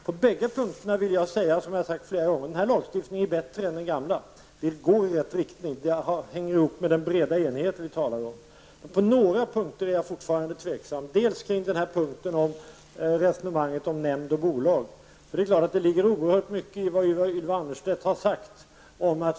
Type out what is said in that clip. På bägge dessa punkter vill jag säga som jag sagt flera gånger tidigare, nämligen att den föreslagna lagstiftningen är bättre än den gamla. Det går i rätt riktning, och det hänger samman med den breda enighet vi talar om. Men jag är fortfarande tveksam på några punkter. Det gäller först resonemanget om nämnd och bolag. Självfallet ligger det oerhört mycket i det Ylva Annerstedt har sagt.